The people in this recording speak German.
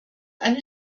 eine